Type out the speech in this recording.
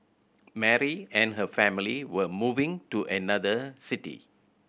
Mary and her family were moving to another city